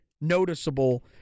noticeable